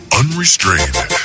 unrestrained